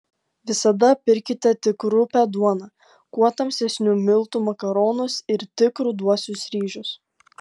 visada pirkite tik rupią duoną kuo tamsesnių miltų makaronus ir tik ruduosius ryžius